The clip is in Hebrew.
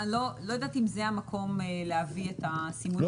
לא יודעת אם זה המקום להביא את עניין הסימון התזונתי,